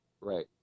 right